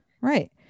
right